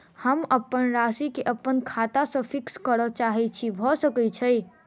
हम अप्पन राशि केँ अप्पन खाता सँ फिक्स करऽ चाहै छी भऽ सकै छै?